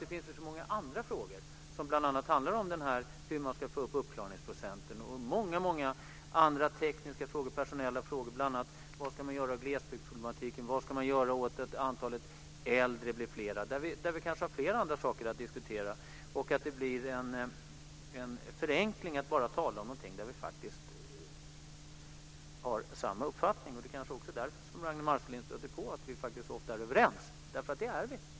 Det finns ju så många andra frågor, bl.a. hur man ska få upp uppklarningsprocenten och många andra tekniska och personella frågor. Vad ska man göra med glesbygdsproblematiken? Vad ska man göra åt att antalet äldre poliser blir större? Vi har flera andra saker att diskutera, och det blir en förenkling att bara tala om någonting där vi faktiskt har samma uppfattning. Det kanske också är därför som Ragnwi Marcelind stöter på att vi faktiskt ofta är överens, för det är vi.